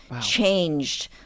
changed